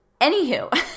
Anywho